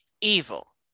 Evil